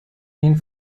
این